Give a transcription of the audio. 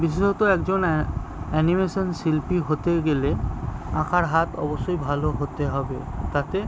বিশেষত একজন অ্যা অ্যানিমেশন শিল্পী হতে গেলে আঁকার হাত অবশ্যই ভালো হতে হবে তাতে